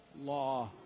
law